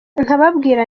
nkababwira